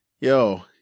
yo